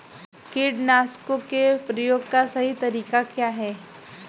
कीटनाशकों के प्रयोग का सही तरीका क्या है?